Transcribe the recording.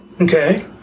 Okay